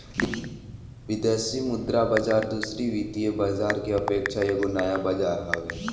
विदेशी मुद्रा बाजार दूसरी वित्तीय बाजार के अपेक्षा एगो नया बाजार हवे